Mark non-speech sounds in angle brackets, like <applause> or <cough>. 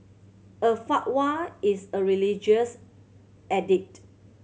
a fatwa is a religious <unintelligible>